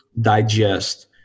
digest